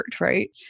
right